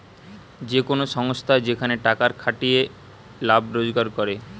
যে কোন সংস্থা যেখানে টাকার খাটিয়ে লাভ রোজগার করে